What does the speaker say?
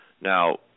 Now